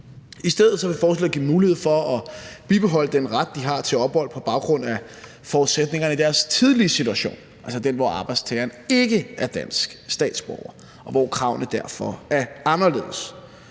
I stedet vil forslaget give mulighed for at bibeholde den ret, de har til ophold, på baggrund af forudsætningerne i deres tidlige situation, altså den, hvor arbejdstageren ikke er dansk statsborger, og hvor kravene derfor er anderledes.